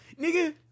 Nigga